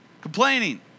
Complaining